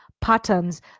patterns